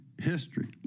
history